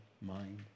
mind